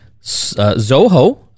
Zoho